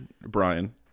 Brian